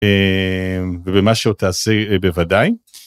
ובמה שעוד עושה בוודאי.